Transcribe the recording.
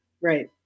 Right